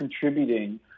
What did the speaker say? contributing